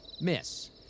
Miss